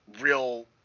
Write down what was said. real